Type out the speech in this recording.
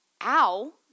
ow